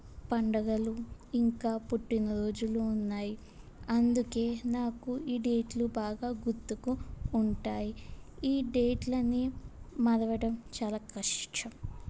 పండుగలు ఇంకా పుట్టిన రోజులు ఉన్నాయి అందుకని నాకు ఈ డేట్లు బాగా గుర్తుకు ఉంటాయి ఈ డేట్లని మరవడం చాలా కష్టం